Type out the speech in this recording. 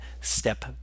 step